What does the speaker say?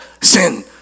sin